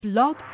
Blog